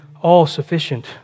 all-sufficient